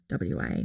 WA